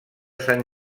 sant